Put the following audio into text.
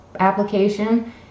Application